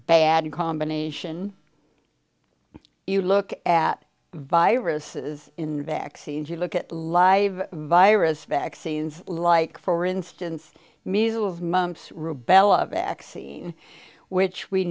bad combination you look at viruses in vaccines you look at the live virus vaccines like for instance measles mumps rubella vaccine which we